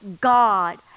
God